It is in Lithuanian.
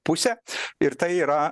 pusę ir tai yra